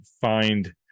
find